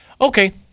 Okay